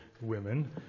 women